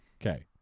Okay